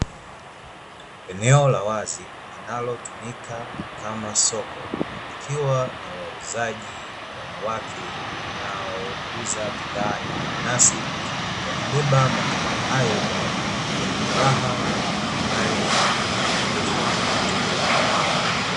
Eneo la wazi linalotumika kama soko likiwa na wauzaji wanawake wanaouza bidhaa ya mananasi wakibeba matunda hayo kwa furaha na fahari wakiwaonyesha wateja.